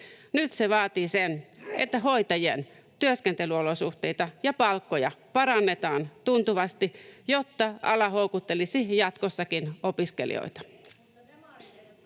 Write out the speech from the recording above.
Nyt se vaatii sen, että hoitajien työskentelyolosuhteita ja palkkoja parannetaan tuntuvasti, jotta ala houkuttelisi jatkossakin opiskelijoita.